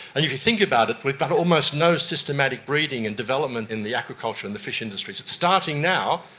and if you think about it, we've had almost no systematic breeding and development in the agriculture and the fish industries. it's starting now,